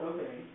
Okay